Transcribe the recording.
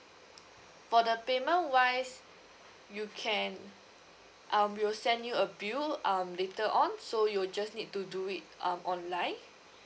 for the payment wise you can um we'll send you a bill um later on so you'll just need to do it um online